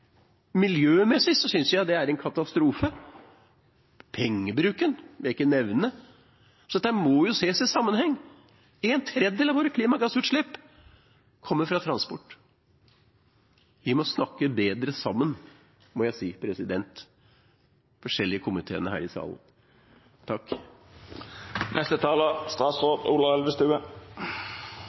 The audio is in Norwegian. Miljømessig synes jeg det er en katastrofe, pengebruken vil jeg ikke nevne. Dette må ses i sammenheng. En tredel av våre klimagassutslipp kommer fra transport. Vi må snakke bedre sammen – det må jeg si – de forskjellige komiteene her i salen. Til siste taler: